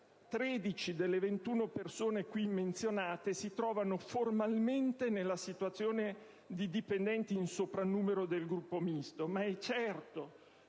13 delle 21 persone qui menzionate si trovano formalmente nella situazione di "dipendenti in soprannumero" del Gruppo Misto. Ma è certo